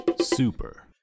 super